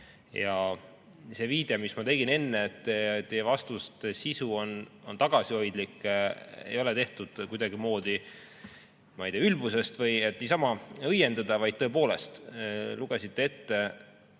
See viide, mis ma tegin enne, et teie vastuste sisu on tagasihoidlik, ei olnud tehtud kuidagimoodi ülbusest või et niisama õiendada, vaid te tõepoolest lugesite ette